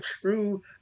true